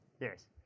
Yes